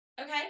Okay